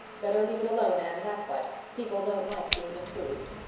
better leave it alone, anne, that's what. people don't like being improved.